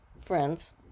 friends